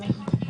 קודם כול,